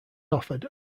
offered